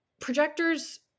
projectors